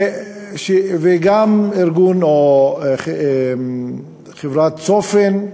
וגם חברת "צופן",